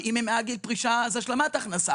ואם הם מעל גיל פרישה אז הם מקבלים השלמת הכנסה.